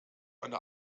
eine